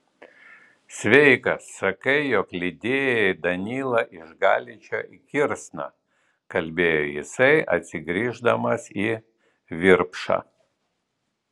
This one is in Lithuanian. sveikas sakai jog lydėjai danylą iš galičo į kirsną kalbėjo jisai atsigrįždamas į virpšą